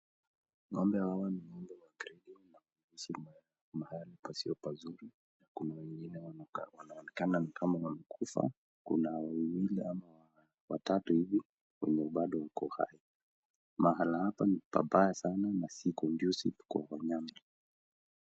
Ng'ombe hawa ni ng'ombe wa gredi na wanaliswa mahali pasio pazuri na kuna wengine wanaonekana ni kama wamekufa. Kuna wawili ama watatu hivi wenye bado wako hai. Mahali hapa ni pabaya sana na si condusive kwa wanyama.